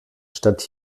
statt